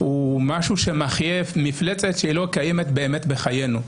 הוא משהו שמחייה מפלצת שלא קיימת באמת בחיינו.